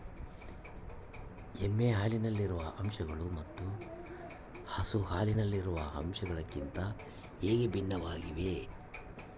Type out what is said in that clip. ಎಮ್ಮೆ ಹಾಲಿನಲ್ಲಿರುವ ಅಂಶಗಳು ಮತ್ತು ಹಸು ಹಾಲಿನಲ್ಲಿರುವ ಅಂಶಗಳಿಗಿಂತ ಹೇಗೆ ಭಿನ್ನವಾಗಿವೆ?